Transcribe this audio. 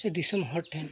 ᱪᱮ ᱫᱤᱥᱚᱢ ᱦᱚᱲ ᱴᱷᱮᱱ